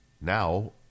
Now